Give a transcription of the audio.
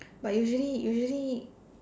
but usually usually